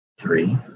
three